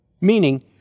Meaning